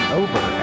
over